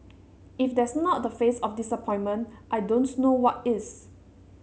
if that's not the face of disappointment I don't know what is